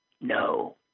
no